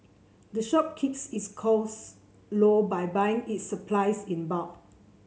the shop keeps its costs low by buying its supplies in bulk